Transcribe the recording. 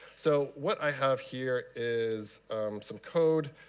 so what i have here is some code,